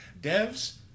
devs